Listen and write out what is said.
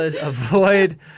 avoid